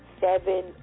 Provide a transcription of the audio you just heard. seven